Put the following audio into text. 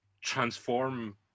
transform